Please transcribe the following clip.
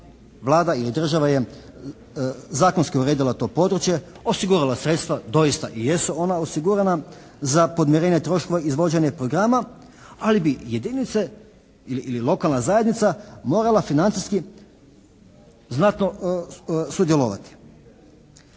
Vlada ili država je zakonski uredila to područje, osigurala sredstva. Doista i jesu ona osigurana za podmirenje troškova i izvođenje programa, ali bi jedinice ili lokalna zajednica morala financijski znatno sudjelovati.